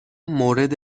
مورد